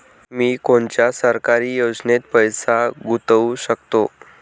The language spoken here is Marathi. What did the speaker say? मी कोनच्या सरकारी योजनेत पैसा गुतवू शकतो?